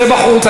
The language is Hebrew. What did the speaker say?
צא בחוץ.